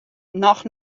noch